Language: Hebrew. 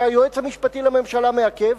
שהיועץ המשפטי לממשלה מעכב,